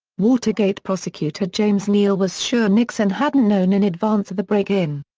watergate prosecutor james neal was sure nixon hadn't known in advance of the break-in.